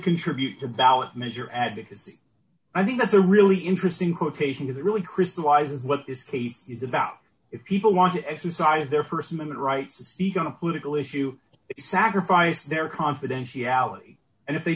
contribute to ballot measure advocacy i think that's a really interesting quotation is it really crystallizes what this case is about if people want to exercise their st amendment rights to speak on a political issue sacrifice their confidentiality and if they